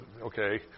okay